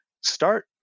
start